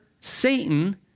Satan